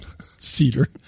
Cedar